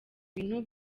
bintu